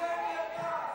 מין שטויות את מדברת.